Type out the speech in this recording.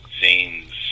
zane's